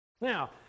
Now